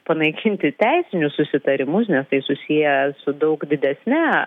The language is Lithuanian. panaikinti teisinius susitarimus nes tai susiję su daug didesne